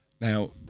Now